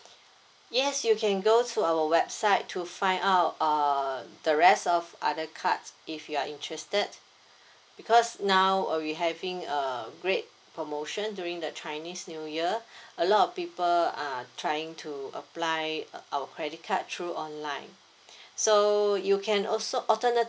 yes you can go to our website to find out err the rest of other cards if you are interested because now we having a great promotion during the chinese new year a lot of people uh trying to apply our credit card through online so you can also alternatively